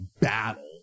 battle